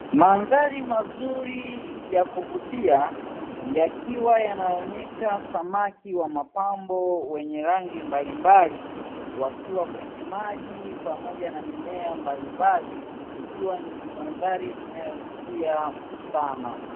Mandhari mazuri ya kuvutia yakiwa yanaonyesha samaki wa mapambo wenye rangi mbalimbali wakiwa kwenye maji pamoja na mimea mbalimbali ikiwa ni mandhari inayovutia sana.